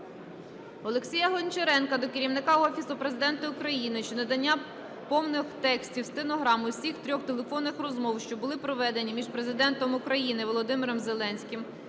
Олексія Гончаренка до Керівника Офісу Президента України щодо надання повних текстів стенограм усіх трьох телефонних розмов, що були проведені між Президентом України Володимиром Зеленським